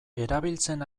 erabiltzen